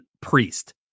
priest